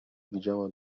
widziała